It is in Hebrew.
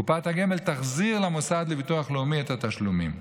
קופת הגמל תחזיר למוסד לביטוח לאומי את התשלומים.